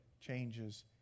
Changes